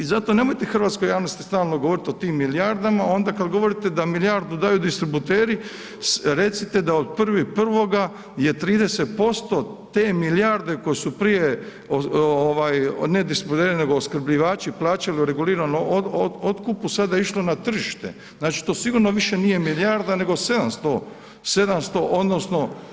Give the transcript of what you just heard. I zato nemojte hrvatskoj javnosti stalno govoriti o tim milijardama, onda kada govorite da milijardu daju distributeri, recite da od 1.1. je 30% te milijarde koje su prije ne distributeri nego ospkrbljivači plaćali u reguliranom otkupu sada išlo na tržište, znači to sigurno više nije milijarda nego 700, odnosno.